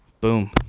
Boom